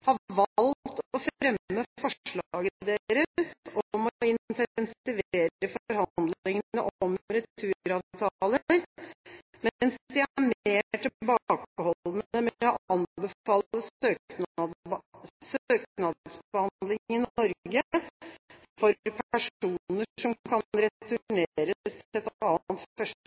har valgt å fremme forslaget deres om å intensivere forhandlingene om returavtaler, mens de er mer tilbakeholdne med å anbefale søknadsbehandling i Norge for personer som kan